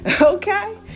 Okay